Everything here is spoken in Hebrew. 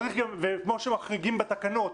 וכמו שמחריגים בתקנות